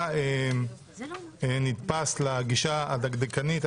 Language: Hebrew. אתה נתפס לגישה הדקדקנית,